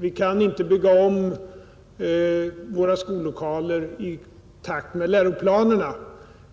Vi kan inte bygga om våra skollokaler i takt med läroplanerna.